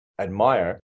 admire